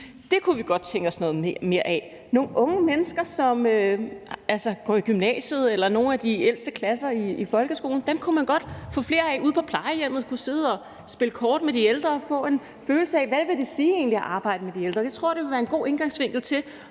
Det kunne vi godt tænke os noget mere af. Nogle af de unge mennesker, som går i gymnasiet eller i nogle af de ældste klasser i folkeskolen, kunne man godt få flere af ud på plejehjemmene til at sidde og spille kort med de ældre og få en følelse af, hvad det egentlig vil sige at arbejde med de ældre. Jeg tror, at det vil være en god indgangsvinkel til